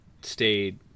stayed